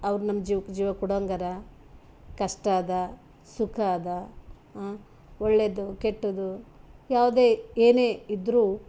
ಅವ್ರು ನಮ್ಮ ಜೀವಕ್ಕೆ ಜೀವ ಕೊಡೊಂಗರ ಕಷ್ಟ ಅದ ಸುಖ ಅದ ಒಳ್ಳೆದು ಕೆಟ್ಟದು ಯಾವುದೇ ಏನೇ ಇದ್ದರೂ